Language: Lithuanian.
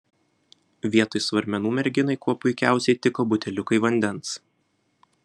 vietoj svarmenų merginai kuo puikiausiai tiko buteliukai vandens